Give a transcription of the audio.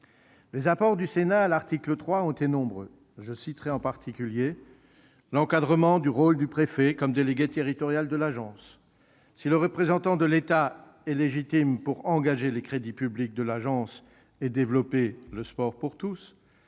Les apports du Sénat à l'article 3 ont été nombreux. Je citerai en particulier l'encadrement du rôle du préfet comme délégué territorial de l'Agence. Si le représentant de l'État est légitime pour engager les crédits publics de l'Agence et développer le sport pour tous,